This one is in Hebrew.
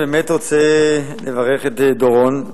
אני באמת רוצה לברך את דורון.